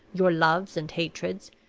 your loves and hatreds,